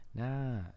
Nah